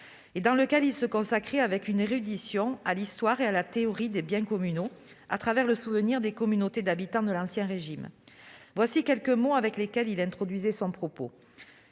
dans lequel il se consacrait avec érudition à l'histoire et à la théorie des biens communaux à travers le souvenir des communautés d'habitants de l'Ancien Régime. Il introduisait son propos